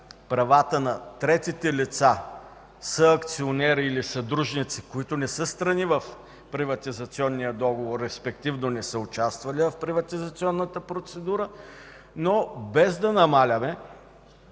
правата на третите лица съакционери или съдружници, които не са страни в приватизационния договор, респективно не са участвали в приватизационната процедура, но без да намаляваме